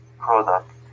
product